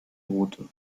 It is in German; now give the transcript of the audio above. drohte